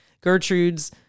Gertrude's